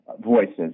voices